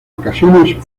ocasiones